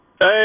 Hey